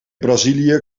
brazilië